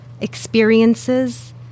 experiences